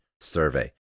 survey